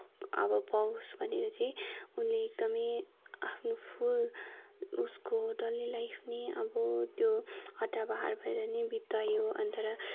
अब पाओस् भनेर चाहिँ उनले एकदमै आफ्नो फुल उसको डल्लै लाइफ नै अब त्यो हड्डाबाहर भएर नै बितायो अनि तर